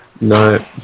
No